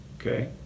okay